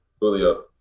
Julio